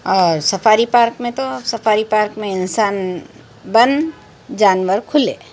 اور safari park میں تو سفاری پارک میں انسان بند جانور کُھلے